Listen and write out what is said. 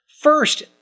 First